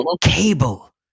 cable